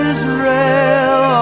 Israel